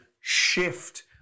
shift